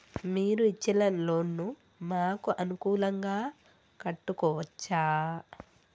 మీరు ఇచ్చిన లోన్ ను మాకు అనుకూలంగా కట్టుకోవచ్చా?